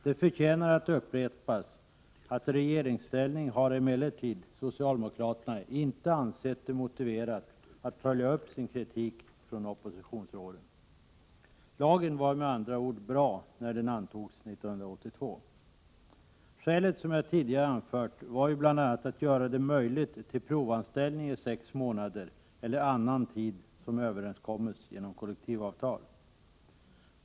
Det förtjänar emellertid att upprepas att socialdemokraterna i regeringsställning inte har ansett det motiverat att följa upp sin kritik från oppositionsåren — lagen var med andra ord bra när den antogs 1982. Skälet till motståndet var, som jag tidigare anfört, bl.a. möjligheten till provanställning i sex månader eller annan tid som överenskoms genom kollektivavtal.